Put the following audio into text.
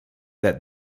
that